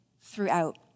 throughout